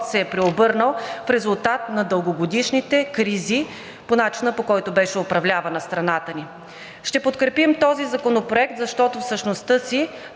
се е преобърнал в резултат на дългогодишните кризи по начина, по който беше управлявана страната ни. Ще подкрепим този законопроект, защото в същността си